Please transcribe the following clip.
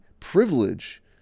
privilege